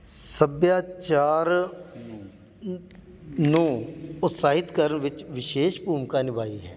ਸੱਭਿਆਚਾਰ ਨੂੰ ਉਤਸ਼ਾਹਿਤ ਕਰਨ ਵਿੱਚ ਵਿਸ਼ੇਸ਼ ਭੂਮਿਕਾ ਨਿਭਾਈ ਹੈ